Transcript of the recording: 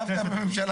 דווקא בממשלה הזאת?